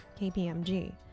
KPMG